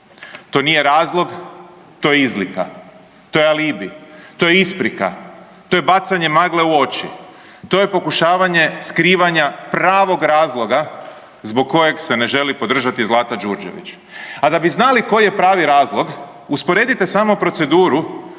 to nije razlog, to je izlika, to je alibi, to je isprika, to je bacanje magle u oči, to je pokušavanje skrivanja pravog razloga zbog kojeg se ne želi podržati Zlata Đurđević, a da bi znali koji je pravi razlog, usporedite samo proceduru